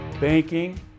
banking